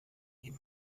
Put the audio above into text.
ihm